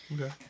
Okay